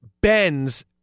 bends